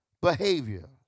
behavior